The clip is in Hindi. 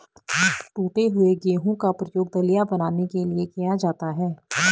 टूटे हुए गेहूं का प्रयोग दलिया बनाने के लिए किया जाता है